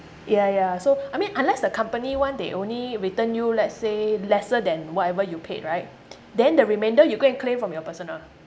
yeah yeah so I mean unless the company one they only return you let's say lesser than whatever you paid right then the remainder you go and claim from your personal